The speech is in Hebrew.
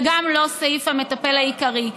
וגם לא סעיף המטפל העיקרי,